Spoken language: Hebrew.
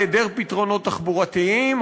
היעדר פתרונות תחבורתיים,